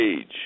age